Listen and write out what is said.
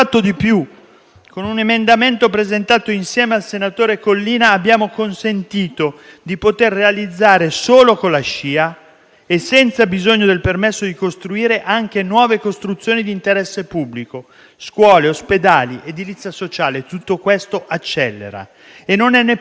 Con un emendamento presentato insieme al senatore Collina abbiamo consentito di realizzare - solo con la SCIA e senza bisogno del permesso di costruire - anche nuove costruzioni di interesse pubblico: scuole, ospedali, edilizia sociale; tutto questo accelera. E non è neppure vero